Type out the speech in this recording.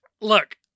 look